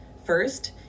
first